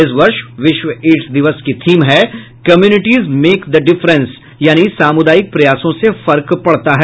इस वर्ष विश्व एड्स दिवस की थीम है कम्युनिटीज मेक द डिफरेंस यानि सामुदायिक प्रयासों से फर्क पड़ता है